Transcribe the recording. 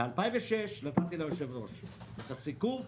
נתתי ליושב-ראש את הסיכום,